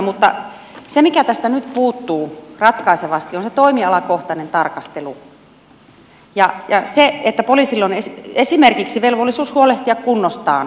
mutta se mikä tästä nyt puuttuu ratkaisevasti on se toimialakohtainen tarkastelu ja se että poliisilla on esimerkiksi velvollisuus huolehtia kunnostaan erityisesti